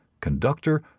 conductor